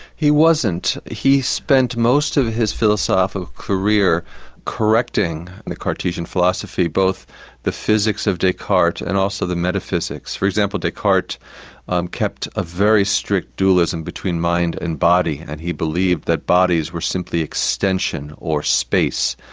he wasn't. he spent most of his philosophical career correcting and the cartesian philosophy both the physics of descartes and also the metaphysics. for example, descartes kept a very strict dualism between mind and body, and he believed that bodies were simply extension, or space,